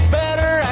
better